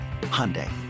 Hyundai